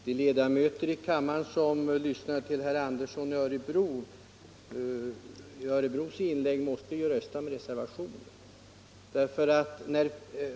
Herr talman! De ledamöter i kammaren som lyssnade till herr Anderssons i Örebro inlägg måste ju rösta på reservationen.